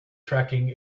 tracking